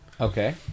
Okay